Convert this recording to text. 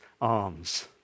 arms